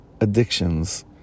addictions